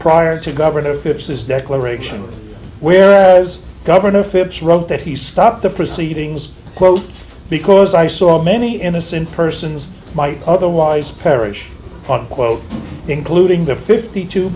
prior to governor of this declaration whereas governor phipps wrote that he stopped the proceedings quote because i saw many innocent persons might otherwise perish on quote including the fifty two